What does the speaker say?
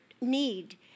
need